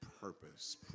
purpose